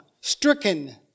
stricken